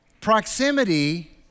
Proximity